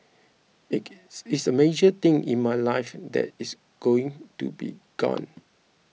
it's a major thing in my life that it's going to be gone